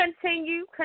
continue